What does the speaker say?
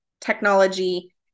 technology